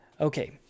Okay